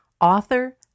author